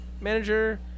Manager